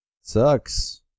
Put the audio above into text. Sucks